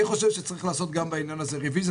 אני חושב שצריך לעשות גם בעניין הזה רביזיה.